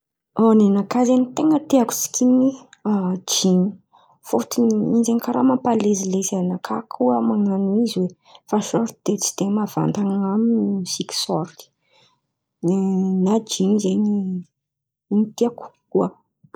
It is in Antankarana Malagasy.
A nin̈akà zen̈y ten̈a tiako sikin̈iny de jinina. Fôtony in̈y zen̈y karàha mampalezilezy anakà koa man̈ano izy oe. Fa sôrta de tsy de mahavantan̈y amin'ny misiky sôrta. Nin̈à jin̈y zen̈y in̈y tiako kokoa.